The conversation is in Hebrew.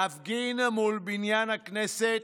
להפגין מול בניין הכנסת,